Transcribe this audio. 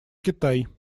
китай